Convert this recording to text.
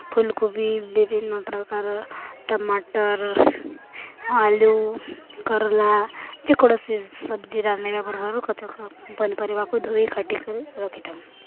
ଫୁଲକୋବି ବିଭିନ୍ନପ୍ରକାର ଟମାଟର୍ ଆଲୁ କଲରା ଯେକୌଣସି ସବ୍ଜି ରାନ୍ଧିବା ପୂର୍ବରୁ କଞ୍ଚା ପନିପରିବାକୁ ଧୋଇ କାଟିିକି ରଖିଥାଉ